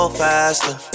faster